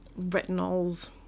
retinols